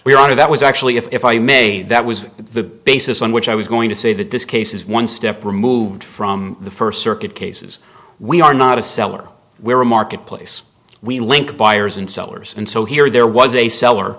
we're out of that was actually if i may that was the basis on which i was going to say that this case is one step removed from the first circuit cases we are not a seller we're a marketplace we link buyers and sellers and so here there was a sell